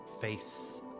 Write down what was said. face